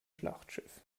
schlachtschiff